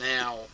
now